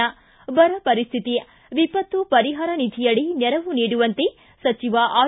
ಿ ಬರ ಪರಿಸ್ಥಿತಿ ವಿಪತ್ತು ಪರಿಹಾರ ನಿಧಿಯಡಿ ನೆರವು ನೀಡುವಂತೆ ಸಚಿವ ಆರ್